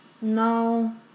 No